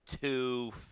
two